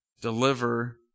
Deliver